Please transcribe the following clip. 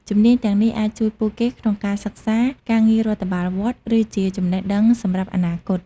ជំនាញទាំងនេះអាចជួយពួកគេក្នុងការសិក្សា ការងាររដ្ឋបាលវត្ត ឬជាចំណេះដឹងសម្រាប់អនាគត។